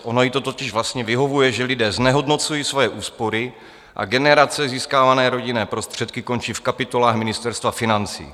Ono jí to totiž vlastně vyhovuje, že lidé znehodnocují svoje úspory a generace získávané rodinné prostředky končí v kapitolách Ministerstva financí.